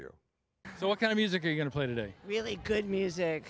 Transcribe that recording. you so what kind of music are you going to play today really good music